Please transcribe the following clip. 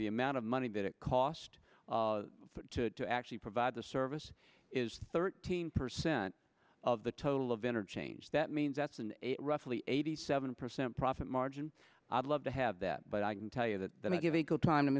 the amount of money that it cost to actually provide the service is thirteen percent of the total of interchange that means that's roughly eighty seven percent profit margin i'd love to have that but i can tell you that when i give equal time t